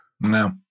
No